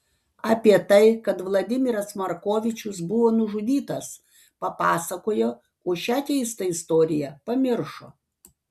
apie tai kad vladimiras markovičius buvo nužudytas papasakojo o šią keistą istoriją pamiršo